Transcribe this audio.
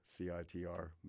CITR